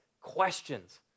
questions